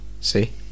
see